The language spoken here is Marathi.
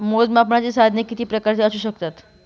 मोजमापनाची साधने किती प्रकारची असू शकतात?